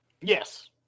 Yes